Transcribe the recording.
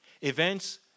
Events